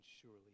surely